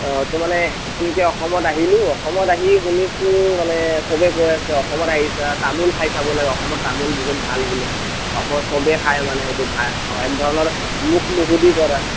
তাৰমানে নতুনকৈ অসমত আহিলোঁ অসমত আহি শুনিছোঁ মানে চবেই কৈ আছে অসমত আহিছা তামোল খাই চাবলৈ অসমত তামোল বহুত ভাল বোলে অসমৰ চবেই খাই মানে সেইটো ভাল অঁ এক ধৰণৰ মুখ শুদ্ধি কৰা